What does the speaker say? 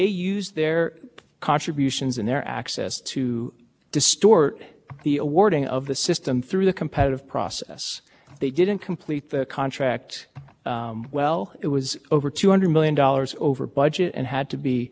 introduce their corporate representative in that way this is so and so from the parsons company they just submitted their bid in response to the request for proposals a check from the actual contributor so even though in that situation the formalities